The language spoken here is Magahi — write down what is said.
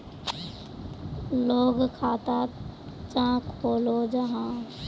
लोग खाता चाँ खोलो जाहा?